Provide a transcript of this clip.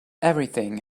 everything